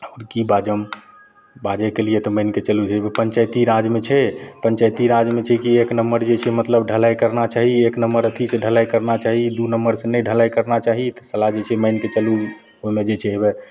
आओर कि बाजम बाजैके लिए तऽ मानिके चलू जे पञ्चाइती राजमे छै पञ्चाइती राजमे छै कि एक नम्बर जे छै मतलब ढलाइ करना चाही एक नम्बर अथीसे ढलाइ करना चाही दुइ नम्बरसे नहि ढलाइ करना चाही एहिके जे छै मानिके चलू जे छै होइबे